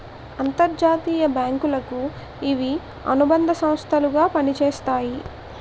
అంతర్జాతీయ బ్యాంకులకు ఇవి అనుబంధ సంస్థలు గా పనిచేస్తాయి